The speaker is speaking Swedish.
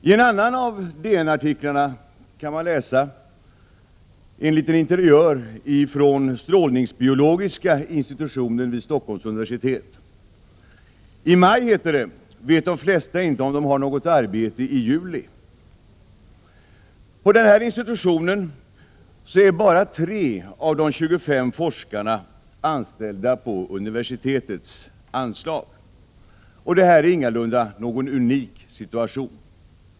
I en annan av DN-artiklarna kan man läsa om en interiör från strålningsbiologiska institutionen vid Stockholms universitet: ”I maj vet de flesta inte om de har något arbete i juli.” På denna institution ”är bara tre av de 25 forskarna anställda på universitetets anslag”. Detta är ingalunda någon unik situation.